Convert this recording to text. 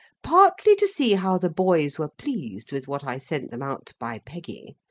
partly to see how the boys were pleased with what i sent them out by peggy,